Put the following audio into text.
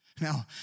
Now